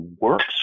works